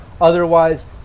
Otherwise